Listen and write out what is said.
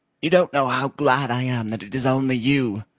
you don't know how glad i am that it is only you.